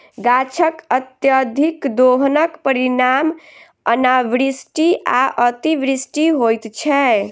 गाछकअत्यधिक दोहनक परिणाम अनावृष्टि आ अतिवृष्टि होइत छै